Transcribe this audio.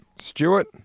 Stewart